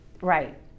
right